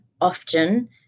often